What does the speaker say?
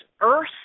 earth